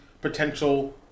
potential